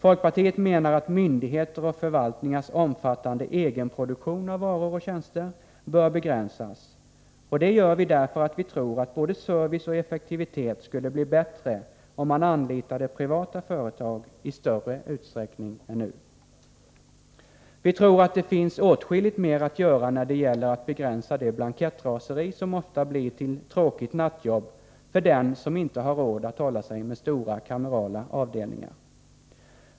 Folkpartiet menar att myndigheters och förvaltningars omfattande egenproduktion av varor och tjänster bör begränsas, och det gör vi därför att vi tror att både service och effektivitet skulle bli bättre, om man anlitade privata företag i större utsträckning än nu. Vi tror att det finns åtskilligt mera att göra när det gäller att begränsa det blankettraseri som ofta blir till tråkigt nattjobb för den som inte har råd att hålla sig med stora kamerala avdelningar.